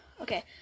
Okay